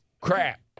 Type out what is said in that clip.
crap